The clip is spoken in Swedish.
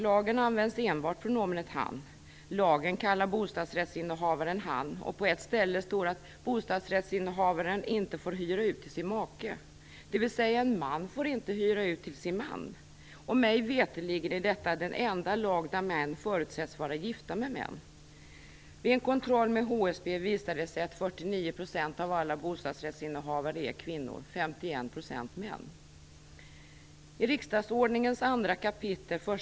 Lagen kallar bostadsrättshavaren för "han". På ett ställe står det att bostadsrättshavaren inte får hyra ut till sin make, dvs. en man får inte hyra ut till sin man. Mig veterligen är detta den enda lag där män förutsätts vara gifta med män. Vid en kontroll med HSB visade det sig att 49 % av alla bostadsrättshavare är kvinnor och 51 % män.